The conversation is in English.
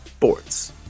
Sports